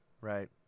Right